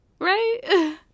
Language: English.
right